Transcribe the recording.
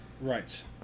Right